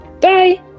Bye